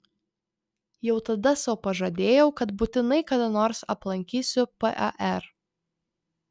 jau tada sau pažadėjau kad būtinai kada nors aplankysiu par